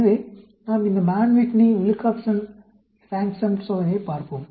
எனவே நாம் இந்த Mann Whitney Wilcoxon rank sum சோதனையைப் பார்ப்போம்